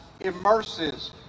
immerses